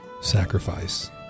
Sacrifice